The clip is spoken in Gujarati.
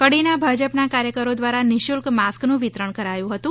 કડીનાં ભાજપનાં કાર્યકરો દ્વારા નિઃશુલ્ક માસ્કનું વિતરણ કરાયું હતું